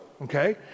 Okay